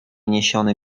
niesiony